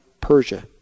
Persia